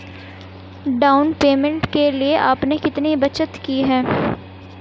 Down payment के लिए आपने कितनी बचत की है?